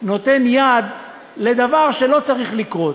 נותן יד לדבר שלא צריך לקרות.